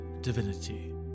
divinity